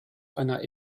einer